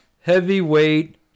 heavyweight